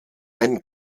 ein